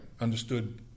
understood